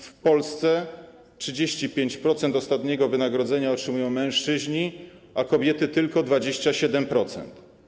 W Polsce 35% ostatniego wynagrodzenia otrzymują mężczyźni, a kobiety - tylko 27%.